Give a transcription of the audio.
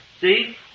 See